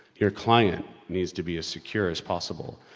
your client needs to be as secure as possible,